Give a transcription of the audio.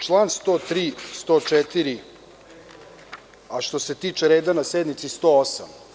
Čl. 103. i 104, a što se tiče reda na sednici, član 108.